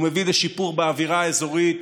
הוא מביא לשיפור באווירה האזורית.